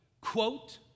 quote